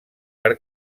per